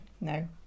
No